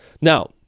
Now